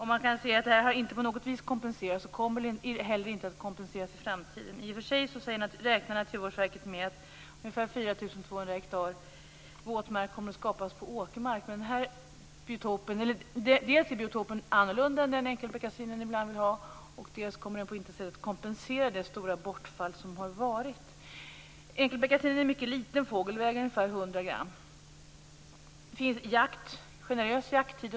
Detta har inte kompenserats på något vis och kommer inte heller att kompenseras i framtiden. I och för sig räknar Naturvårdsverket med att ungefär 4 200 hektar våtmark kommer att skapas på åkermark. Men dels blir den biotopen en annan än den som enkelbeckasinen ibland vill ha, dels kommer den på intet sätt att kompensera det stora bortfall som varit. Enkelbeckasinen är en mycket liten fågel som väger ungefär 100 gram. Jakttiden under hösten är generös.